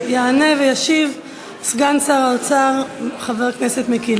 יענה וישיב סגן שר האוצר חבר הכנסת מיקי